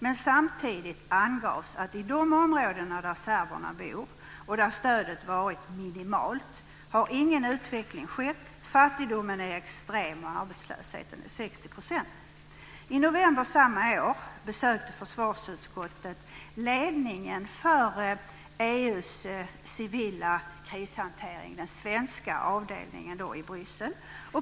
Men samtidigt angavs att i de områden där serberna bor, och där stödet varit minimalt, har ingen utveckling skett. Fattigdomen är extrem och arbetslösheten är 60 %. I november samma år besökte försvarsutskottet ledningen för den svenska avdelningen inom EU:s civila krishantering i Bryssel.